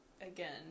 again